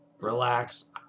Relax